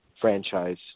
franchise